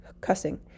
cussing